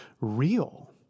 real